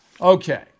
Okay